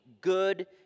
good